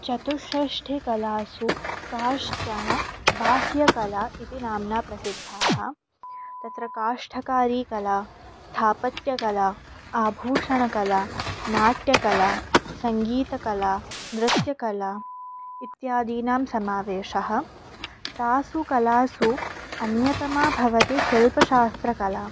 चतुष्षष्टिः कलासु काश्चन बाह्यकला इति नाम्ना प्रसिद्धाः तत्र काष्ठकादिकला स्थापत्यकला आभूषणकला नाट्यकला सङ्गीतकला नृत्यकला इत्यादीनां समावेशः तासु कलासु अन्यतमा भवति शिल्पशास्त्रकला